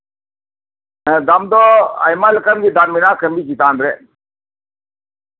ᱫᱟᱢ ᱫᱚ ᱟᱭᱢᱟ ᱞᱮᱠᱟᱱ ᱜᱮ ᱫᱟᱢ ᱢᱮᱱᱟᱜᱼᱟ ᱠᱟᱢᱤ ᱪᱮᱛᱟᱱ ᱨᱮ